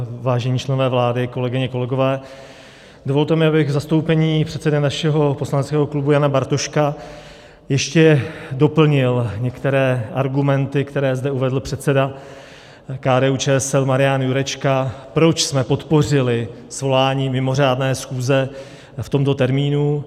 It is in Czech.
Vážení členové vlády, kolegyně, kolegové, dovolte mi, abych v zastoupení předsedy našeho poslaneckého klubu Jana Bartoška ještě doplnil některé argumenty, které zde uvedl předseda KDUČSL Marian Jurečka, proč jsme podpořili svolání mimořádné schůze v tomto termínu.